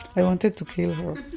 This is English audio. i wanted to kill her.